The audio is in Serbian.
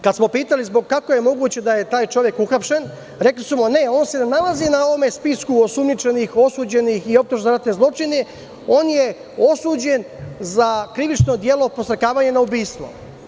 Kad smo pitali kako je moguće da je taj čovek uhapšen, rekli su – ne, on se ne nalazi na ovom spisku osumnjičenih, osuđenih i optuženih za ratne zločine, on je osuđen za krivično delo podstrekivanja na ubistvo.